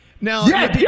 Now